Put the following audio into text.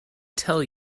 tell